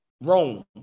Rome